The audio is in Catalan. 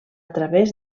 través